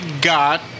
got